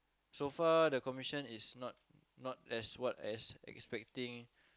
so far the commission is not not as what as expecting